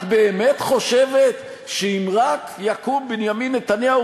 את באמת חושבת שאם רק יקום בנימין נתניהו